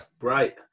Right